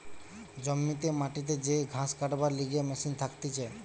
জমিতে মাটিতে যে ঘাস কাটবার লিগে মেশিন থাকতিছে